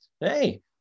hey